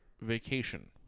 vacation